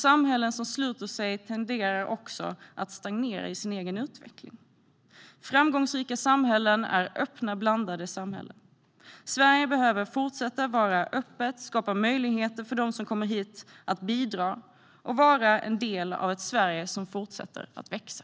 Samhällen som sluter sig tenderar att stagnera i sin egen utveckling. Framgångsrika samhällen är öppna, blandade samhällen. Sverige behöver fortsätta att vara öppet och skapa möjligheter för dem som kommer hit att bidra och vara en del av ett Sverige som fortsätter att växa.